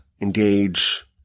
engage